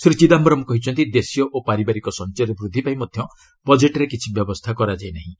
ଶ୍ରୀ ଚିଦାୟରମ୍ କହିଛନ୍ତି ଦେଶୀୟ ଓ ପାରିବାରିକ ସଞ୍ଚୟରେ ବୃଦ୍ଧି ପାଇଁ ମଧ୍ୟ ବଜେଟ୍ରେ କିଛି ବ୍ୟବସ୍ଥା କରାଯାଇ ନାହିଁ